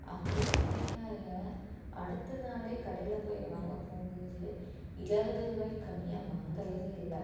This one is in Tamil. அதே தேங்காயை அடுத்த நாளே கடையில் போய் வாங்கப் போகும்போதே இருவது ரூபாய்க் கம்மியாக வாங்கிறதே இல்லை